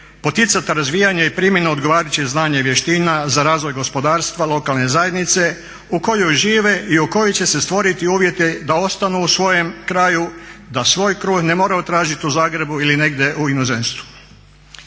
poticat razvijanje i primjenu odgovarajućeg znanja i vještina za razvoj gospodarstva, lokalne zajednice u kojoj žive i u kojoj će se stvoriti uvjeti da ostanu u svojem kraju, da svoj kruh ne moraju tražit u Zagrebu ili negdje u inozemstvu.